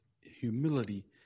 humility